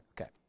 Okay